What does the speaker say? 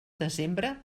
desembre